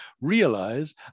realize